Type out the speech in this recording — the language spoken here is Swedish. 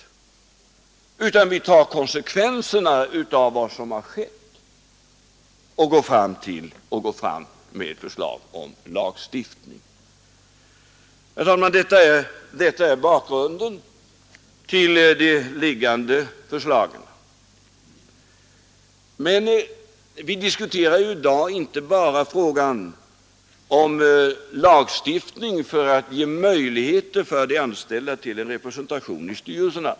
Vi tar i stället konsekvenserna av vad som har skett och går fram med förslag om lagstiftning. Herr talman! Detta är bakgrunden till de föreliggande förslagen. Men vi diskuterar i dag inte bara frågan om lagstiftning för att ge möjligheter åt de anställda till en representation i styrelserna.